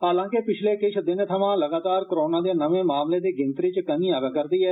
हालांकि पिच्छले किश दिने थ्वा लगातार करोना दे नमे मामले दी गिनतरी च कमी आवा र दी ऐ